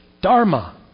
Dharma